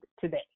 today